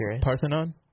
Parthenon